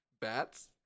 Bats